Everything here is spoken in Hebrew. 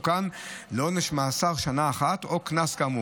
יתוקן לעונש מאסר שנה אחת או קנס כאמור.